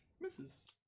Misses